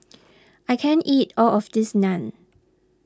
I can't eat all of this Naan